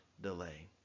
delay